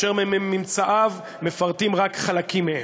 וממצאיו מפרטים רק חלקים מהם.